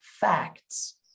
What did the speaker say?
facts